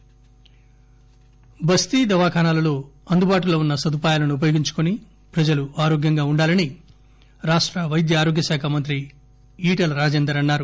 బస్తీ దవాఖానాలు బస్తీ దవాఖానాలలో అందుబాటులో ఉన్న సదుపాయాలను ఉపయోగించుకుని ప్రజలు ఆరోగ్యంగా ఉండాలని రాష్ట పైద్య అరోగ్య శాఖ మంత్రి ఈటల రాజేందర్ అన్నారు